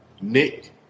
Nick